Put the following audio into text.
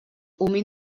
humit